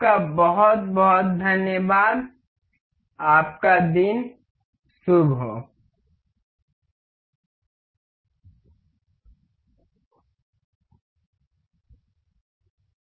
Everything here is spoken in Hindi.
आपका बहुत बहुत धन्यवाद और आपका दिन शुभ हो